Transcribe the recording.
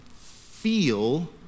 feel